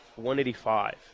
185